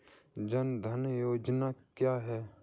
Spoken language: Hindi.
जनधन योजना क्या है?